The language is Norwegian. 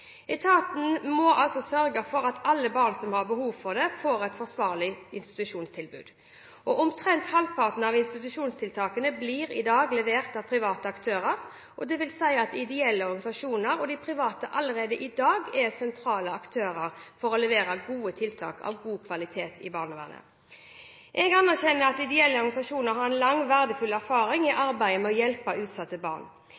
Etaten må altså sørge for at alle barn som har behov for det, får et forsvarlig institusjonstilbud. Omtrent halvparten av institusjonstiltakene blir i dag levert av private aktører, dvs. at ideelle organisasjoner og andre private allerede i dag er sentrale aktører for å levere gode tiltak av god kvalitet i barnevernet. Jeg anerkjenner at ideelle organisasjoner har en lang og verdifull erfaring i arbeidet med å hjelpe utsatte barn,